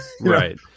Right